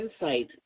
insight